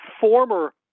former